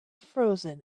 frozen